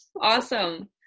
Awesome